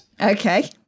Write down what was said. Okay